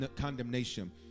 condemnation